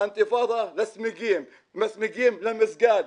מהאינתיפאדה לצמיגים; מהצמיגים למסגד,